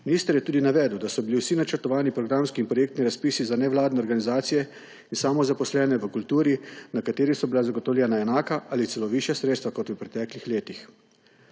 Minister je tudi navedel, da so bili vsi načrtovani programski in projektni razpisi za nevladne organizacije in samozaposlene v kulturi, na katerih so bila zagotovljena enaka ali celo višja sredstva kot v preteklih letih.